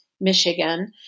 Michigan